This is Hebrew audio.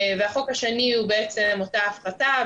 והחוק השני הוא בעצם אותה הפחתה,